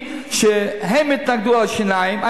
שהם התנגדו לעניין השיניים,